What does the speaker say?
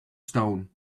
stone